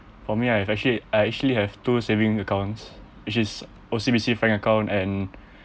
for me I have actually I actually have two saving accounts which is O_C_B_C bank account and